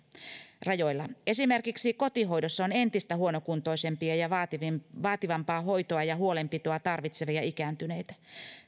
äärirajoilla esimerkiksi kotihoidossa on entistä huonokuntoisempia ja vaativampaa hoitoa ja huolenpitoa tarvitsevia ikääntyneitä